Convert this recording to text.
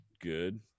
Good